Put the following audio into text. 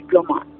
diploma